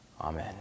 Amen